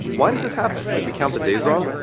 why does this happen? did we count the days wrong?